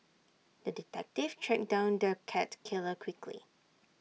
the detective tracked down the cat killer quickly